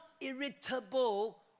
irritable